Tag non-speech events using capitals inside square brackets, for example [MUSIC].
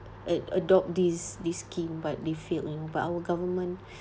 ad~ adopt this this scheme but they failed you know but our government [BREATH]